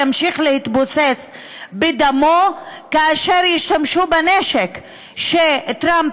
ימשיך להתבוסס בדמו כאשר ישתמשו בנשק שטראמפ